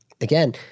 again